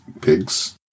pigs